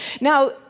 Now